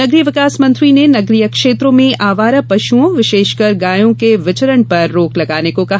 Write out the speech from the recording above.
नगरीय विकास मंत्री ने नगरीय क्षेत्रों में आवारा पश्ञों विशेषकर गायों के विचरण पर रोक लगाने को कहा